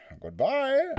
Goodbye